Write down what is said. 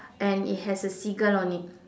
and it has a seagull on it